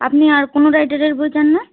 আপনি আর কোনো রাইটারের বই চান না